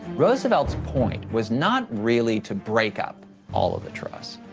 roosevelt's point was not really to break up all of the trust.